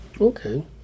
Okay